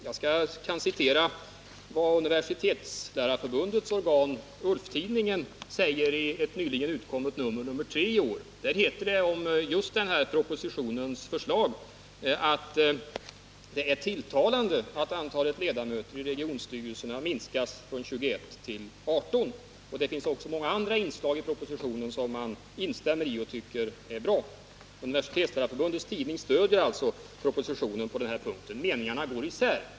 Jag kan citera vad Universitetslärarförbundets organ ULF-tidningen säger i ett nyligen utkommet nr 3 för i år. Där heter det om just den här propositionens förslag: ”Tilltalande är att antalet ledamöter i regionstyrelserna minskas från 21 till 18.” Det finns alltså många andra inslag i propositionen som man tycker är bra. Universitetslärarförbundets tidning stöder alltså vår proposition på den här punkten. Meningarna går således isär.